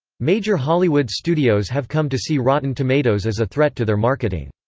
major hollywood studios have come to see rotten tomatoes as a threat to their marketing.